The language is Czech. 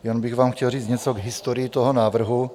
Jenom bych vám chtěl říct něco k historii toho návrhu.